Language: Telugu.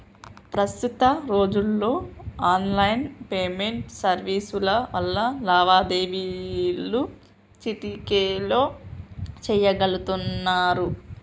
ప్రస్తుత రోజుల్లో ఆన్లైన్ పేమెంట్ సర్వీసుల వల్ల లావాదేవీలు చిటికెలో చెయ్యగలుతున్నరు